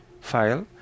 file